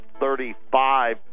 35